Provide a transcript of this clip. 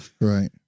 Right